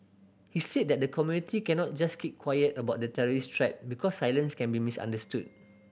he said that the community cannot just keep quiet about the terrorist threat because silence can be misunderstood